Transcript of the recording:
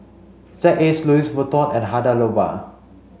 Z A Louis Vuitton and Hada Labo